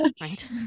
Right